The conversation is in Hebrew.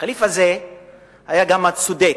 הח'ליף הזה היה גם הצודק.